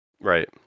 Right